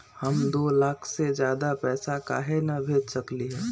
हम दो लाख से ज्यादा पैसा काहे न भेज सकली ह?